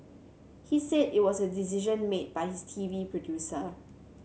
he said it was a decision made by his T V producer